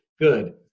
Good